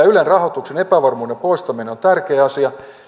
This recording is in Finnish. ylen rahoituksen epävarmuuden poistaminen on tärkeä asia